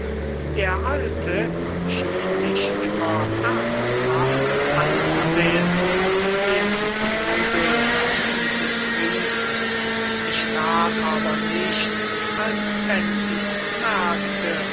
der alte schien mich immer ernsthaft anzusehen indem die vögel dieses riefen ich tat aber nicht als wenn ich's merkte